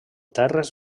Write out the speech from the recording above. terres